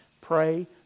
pray